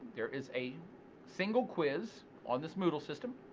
there is a single quiz on this moodle system